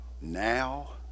now